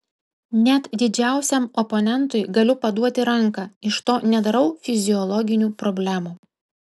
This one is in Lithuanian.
net didžiausiam oponentui galiu paduoti ranką iš to nedarau fiziologinių problemų